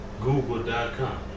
Google.com